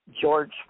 George